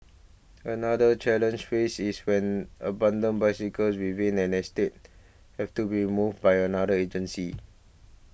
another challenge faced is when abandoned bicycles within an estate have to be removed by another agency